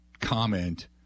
comment